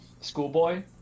schoolboy